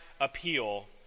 appeal